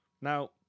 Now